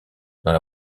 dans